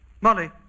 Molly